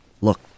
Look